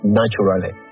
naturally